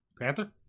Panther